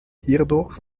hierdurch